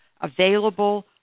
available